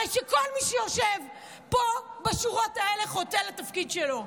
הרי שכל מי שיושב פה בשורות האלה חוטא לתפקיד שלו.